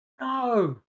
No